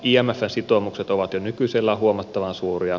imfn sitoumukset ovat jo nykyisellään huomattavan suuria